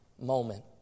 moment